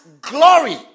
glory